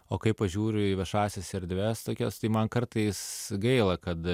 o kai pažiūriu į viešąsias erdves tokias tai man kartais gaila kad